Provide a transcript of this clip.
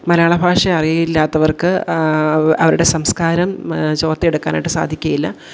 മലയാളഭാഷ അറിയാത്തവർക്ക് അവരുടെ സംസ്കാരം ചോർത്തിയെടുക്കാനായിട്ട് സാധിക്കുകയില്ല